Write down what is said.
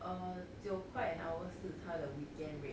err 九块 an hour 是他的 weekend rate